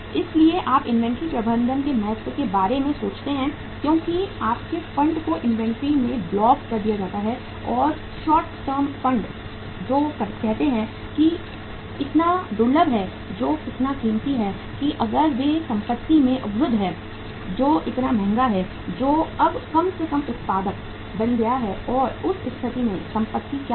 इसलिए आप इन्वेंट्री प्रबंधन के महत्व के बारे में सोचते हैं क्योंकि आपके फंड को इन्वेंट्री में ब्लॉक कर दिया जाता है और शॉर्ट टर्म फंड जो कहते हैं कि इतना दुर्लभ है जो इतना कीमती है कि अगर वे संपत्ति में अवरुद्ध हैं जो इतना महंगा है जो अब कम से कम उत्पादक बन गया है उस स्थिति में संपत्ति क्या होगी